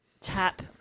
tap